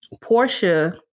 Portia